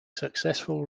successful